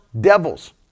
devils